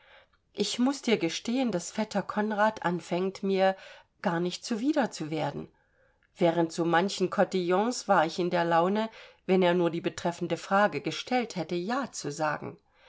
ich muß dir gestehen daß vetter konrad anfängt mir gar nicht zuwider zu werden während so manchen cotillons war ich in der laune wenn er nur die betreffende frage gestellt hätte ja zu sagen